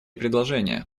предложения